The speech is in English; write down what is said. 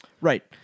Right